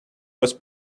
was